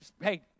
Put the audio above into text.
Hey